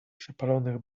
przepalonych